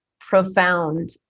profound